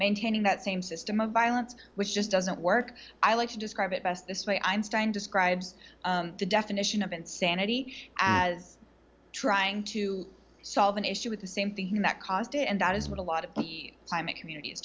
maintaining that same system of violence which just doesn't work i like to describe it best this way einstein describes the definition of insanity as trying to solve an issue with the same thing that caused it and that is what a lot of climate communities